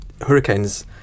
Hurricanes